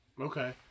Okay